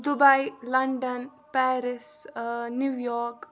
Dubai London Paris New York